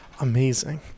amazing